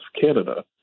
Canada